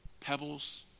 pebbles